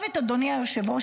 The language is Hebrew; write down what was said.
אדוני היושב-ראש,